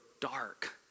dark